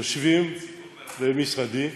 יושבים במשרדי.